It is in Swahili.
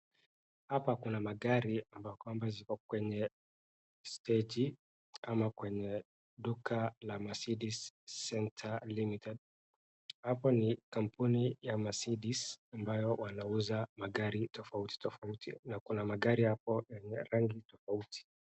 Hapa kuna magari ambaye kwamba ziko kwenye steji ama kwenye duka la Mercedes Center Ltd . Hapo ni kampuni ya Mercedes ambayo wanauza magari tofauti tofauti na kuna magari hapo ya rangi tofauti.